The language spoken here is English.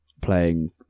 playing